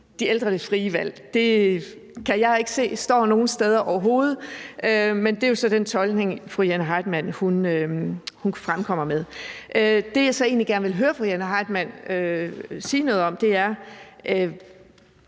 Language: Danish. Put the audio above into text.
de ældre det frie valg. Det kan jeg ikke se står nogen steder, overhovedet. Men det er jo så den tolkning, fru Jane Heitmann fremkommer med. Det, jeg så egentlig gerne vil høre fru Jane Heitmann sige noget om, er